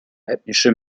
ethnische